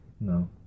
No